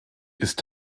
ist